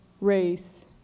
race